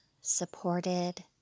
supported